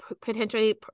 potentially